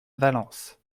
valence